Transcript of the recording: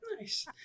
Nice